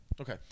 Okay